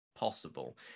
possible